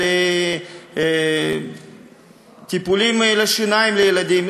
על טיפולי שיניים לילדים,